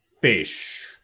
fish